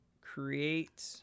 create